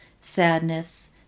sadness